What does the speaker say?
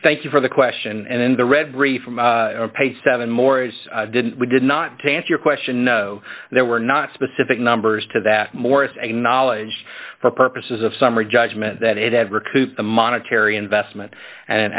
thank you for the question and then the read re from page seven morris didn't we did not to answer your question there were not specific numbers to that morris acknowledged for purposes of summary judgment that it had recouped the monetary investment and